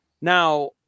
Now